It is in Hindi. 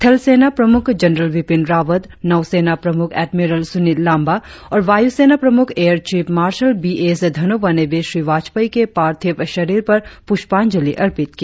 थलसेना प्रमुख जनरल बिपिन रावत नौसेना प्रमुख एडमिरल सुनील लांबा और वायुसेना प्रमुख air chief marshal B S Dhanoa ने भी श्री वाजपेयी के पार्थिव शरीर पर पुष्पांजलि अर्पित की